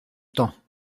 temps